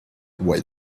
while